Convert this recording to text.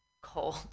cold